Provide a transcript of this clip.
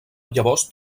llavors